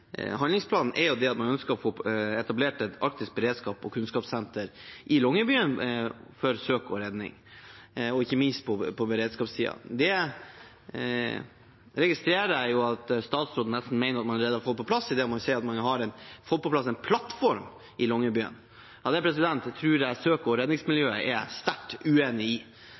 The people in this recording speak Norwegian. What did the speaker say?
handlingsplanen, er at man ønsker å få etablert et arktisk beredskaps- og kunnskapssenter i Longyearbyen for søk og redning, og ikke minst på beredskapssiden. Det registrerer jeg at statsråden nærmest mener at man allerede har fått på plass, idet man sier at man har fått på plass en «plattform» i Longyearbyen. Det tror jeg søk- og redningsmiljøet er sterkt uenig i.